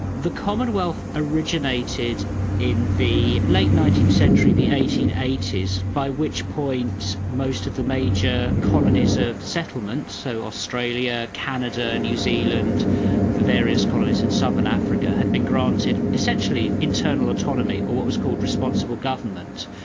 the commonwealth originated in the late nineteenth century, the eighteen eighty s, by which point most of the major colonies of settlement so australia, canada, new zealand, the various colonies in southern africa had been granted essentially internal autonomy or what was called responsible government.